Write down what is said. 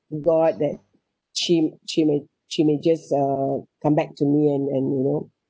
to god that she she may she may just uh come back to me and and you know